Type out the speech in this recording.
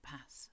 Pass